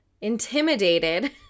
intimidated